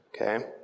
Okay